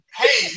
hey